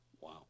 Wow